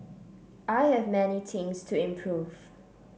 I have many things to improve